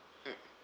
mm